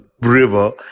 river